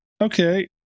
Okay